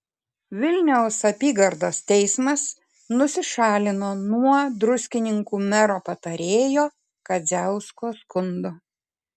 vilniaus apygardos teismas nusišalino nuo druskininkų mero patarėjo kadziausko skundo